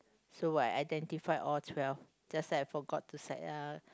so I identified all twelve just that I forgot to